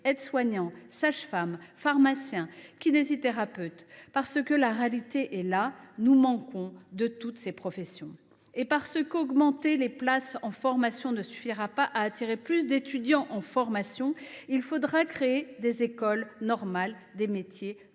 aides soignants, sages femmes, pharmaciens, kinésithérapeutes… En effet, la réalité est que nous manquons de toutes ces professions. Et parce qu’augmenter les places en formation ne suffira pas à attirer plus d’étudiants en formation, il faudra créer des écoles normales des métiers de